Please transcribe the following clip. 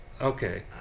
Okay